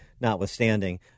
notwithstanding